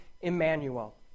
Emmanuel